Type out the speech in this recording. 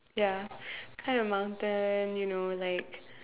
ya climb the mountain you know like